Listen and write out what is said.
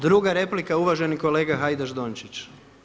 Druga replika uvaženi kolega Hajdaš Dončić.